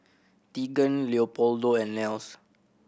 Teagan Leopoldo and Nels